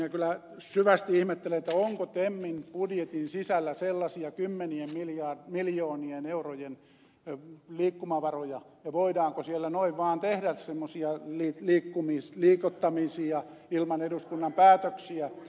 minä kyllä syvästi ihmettelen onko temmin budjetin sisällä sellaisia kymmenien miljoonien eurojen liikkumavaroja ja voidaanko siellä noin vaan tehdä semmoisia liikuttamisia ilman eduskunnan päätöksiä